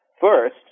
first